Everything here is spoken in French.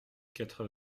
quatre